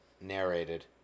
narrated